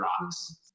Rocks